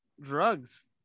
Drugs